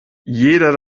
jeder